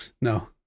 No